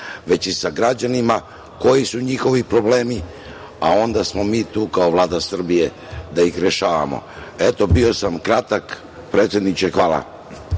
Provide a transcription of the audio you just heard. već i sa građanima koji su njihovi problemi, a onda smo mi tu kao Vlada Srbije da ih rešavamo. Bio sam kratak. Predsedniče, hvala.